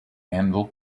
anvil